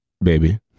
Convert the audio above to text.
baby